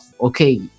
okay